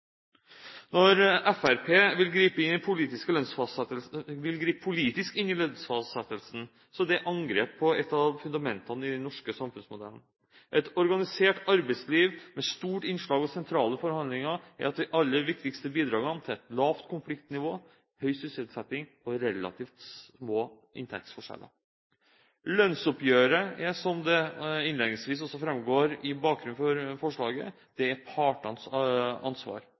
Når Fremskrittspartiet vil gripe politisk inn i lønnsfastsettelsen, er det angrep på et av fundamentene i den norske samfunnsmodellen. Et organisert arbeidsliv med stort innslag av sentrale forhandlinger er et av de aller viktigste bidragene til et lavt konfliktnivå, høy sysselsetting og relativt små inntektsforskjeller. Lønnsoppgjøret er, som det også innledningsvis framgår som bakgrunn for forslaget, partenes ansvar.